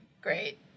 Great